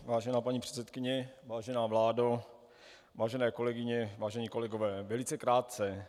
Vážená paní předsedající, vážená vládo, vážené kolegyně, vážení kolegové, velice krátce.